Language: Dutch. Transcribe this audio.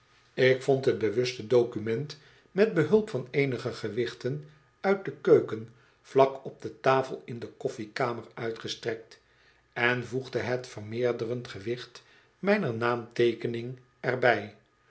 ik vond het bewuste document met behulp van eenige gewichten uit de keuken vlak op de tafel in de koffiekamer uitgestrekt en voegde het vermeerderend gewicht mijner naamteekening er bij